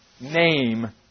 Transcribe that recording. name